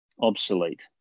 obsolete